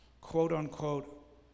quote-unquote